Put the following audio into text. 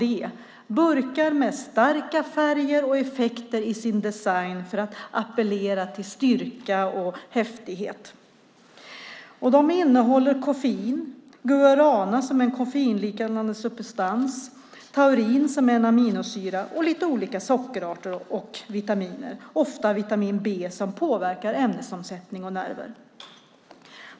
Det är burkar med starka färger och effekter i sin design för att appellera till styrka och häftighet. De innehåller koffein, guarana, som är en koffeinliknande substans, taurin, som är en aminosyra, samt lite olika sockerarter och vitaminer, ofta vitamin B, som påverkar ämnesomsättning och nerver.